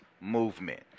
movement